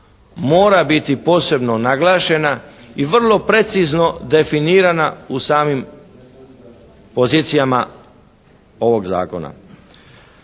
mora biti posebno naglašena i vrlo precizno definirana u samim pozicijama ovog zakona.